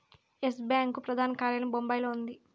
yes Bank ప్రధాన కార్యాలయం బొంబాయిలో ఉంది